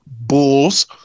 bulls